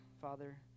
Father